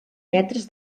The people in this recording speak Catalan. metres